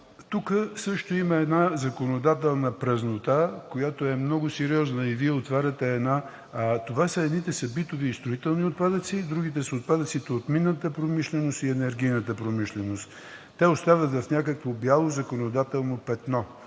Тук също има една законодателна празнота, която е много сериозна и Вие отваряте една… Едните са битови и строителни отпадъци, другите отпадъци са от минната промишленост и енергийната промишленост. Те остават в някакво бяло законодателно петно.